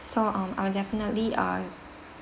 so um I'll definitely ah